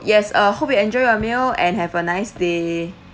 yes uh hope you enjoy your meal and have a nice day